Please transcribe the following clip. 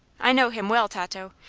i know him well, tato.